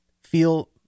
feel